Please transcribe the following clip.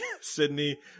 Sydney